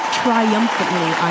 triumphantly